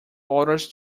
orders